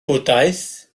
bwdhaeth